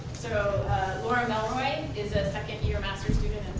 so laura melloway is a second-year master's student